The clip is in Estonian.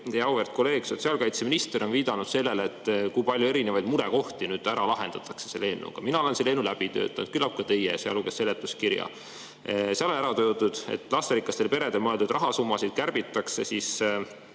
auväärt kolleeg sotsiaalkaitseminister on viidanud sellele, kui palju erinevaid murekohti nüüd ära lahendatakse selle eelnõuga. Mina olen selle eelnõu läbi töötanud, küllap ka teie, sealhulgas seletuskirja. Seal on ära toodud, et lasterikastele peredele mõeldud rahasummasid kärbitakse